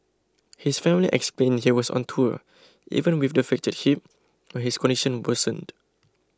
his family explained he was on tour even with the fractured hip when his condition worsened